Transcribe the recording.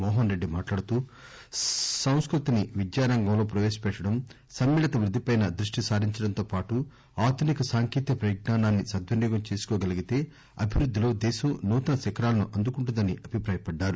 మోహన రెడ్డి మాట్లాడుతూ సంస్కృతిని విద్యారంగంలో ప్రవేశపెట్టటం సమ్మిళిత వృద్ది పై దృష్టి సారించటంతో పాటూ ఆధునిక సాంకేతిక పరిజ్ఞానాన్ని సద్వినియోగం చేసుకోగలిగితే అభివృద్ధిలో దేశం నూతన శిఖరాలను అందుకుంటుందని అని అభిప్రాయపడ్డారు